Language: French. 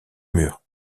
mur